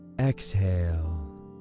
Exhale